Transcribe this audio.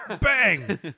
bang